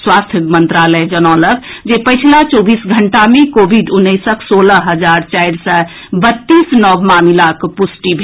स्वास्थ्य मंत्रालय जनौलक जे पछिला चौबीस घंटा मे कोविड उन्नैसक सोलह हजार चारि सय बत्तीस नव मामिलाक पुष्टि भेल